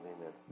amen